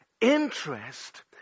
interest